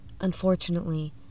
Unfortunately